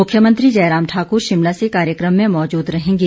मुख्यमंत्री जयराम ठाकुर शिमला से कार्यक्रम में मौजूद रहेंगे